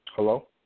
Hello